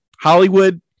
Hollywood